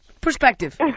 Perspective